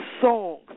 songs